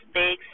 big